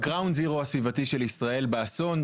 בגראנד זירו הסביבתי של ישראל באסון,